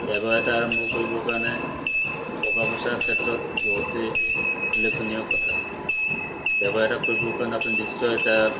ব্যৱসায় এটা আৰম্ভ কৰিবৰ কাৰণে টকা পইচাৰ ক্ষেত্ৰত বহুতেই উল্লেখনীয় কথা ব্যৱসায় এটা কৰিবৰ কাৰণে আপুনি নিশ্চয় এটা